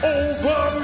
over